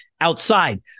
outside